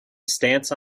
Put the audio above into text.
stance